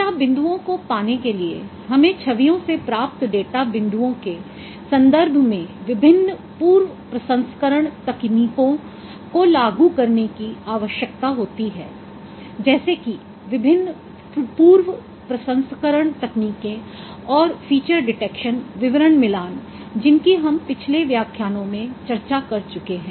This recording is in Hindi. डेटा बिंदुओं को पाने के लिए हमें छवियों से प्राप्त डेटा बिंदुओं के संदर्भ में विभिन्न पूर्व प्रसंस्करण तकनीकों को लागू करने की आवश्यकता होती है जैसे कि विभिन्न पूर्व प्रसंस्करण तकनीकें और फीचर डिटेक्शन विवरण मिलान जिनकी हम पिछले व्याख्यानों में चर्चा कर चुके हैं